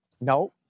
No